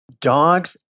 dogs